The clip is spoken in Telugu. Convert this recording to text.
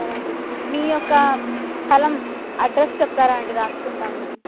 సరే అండి మీ యొక్క స్థలం అడ్రస్ చెప్తారా అండి రాసుకుంటాం మేము